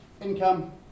income